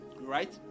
right